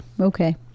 Okay